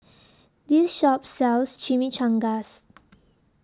This Shop sells Chimichangas